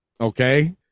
okay